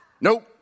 nope